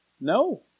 No